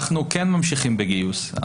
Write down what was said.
אנחנו כן ממשיכים בגיוס,